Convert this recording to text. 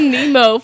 Nemo